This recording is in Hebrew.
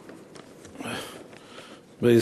תודה,